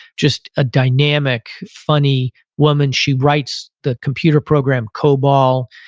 just a dynamic, funny woman. she writes the computer program cobalt,